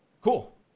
Cool